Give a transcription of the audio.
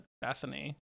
Bethany